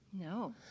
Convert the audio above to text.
No